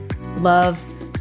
love